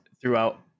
throughout